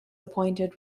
appointed